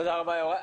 תודה רבה יוראי.